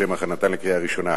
לשם הכנתן לקריאה ראשונה: